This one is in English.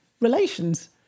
Relations